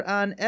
on